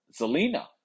Zelina